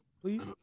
please